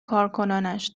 کارکنانش